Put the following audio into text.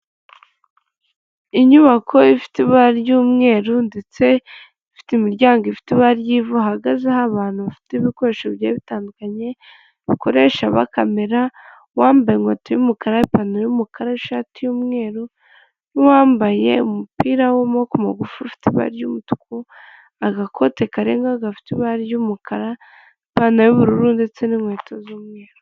Inyubako ifite ibara ry'umweru ndetse ifite imiryango ifite ibara ry'ivu hahagazeho abantu bafite ibikoresho bigiye bitandukanye bikoresha bakamera uwambaye inkweto y'umukara n'ipantaro y'umukara ishati y'umweru n'uwambaye umupira w'amaboko magufi ufite ibara ry'umutuku agakote karenga gafite ibara ry'umukara ipantaro y'ubururu ndetse n'inkweto z'umweru.